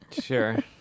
Sure